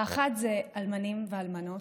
האחת, אלמנים ואלמנות.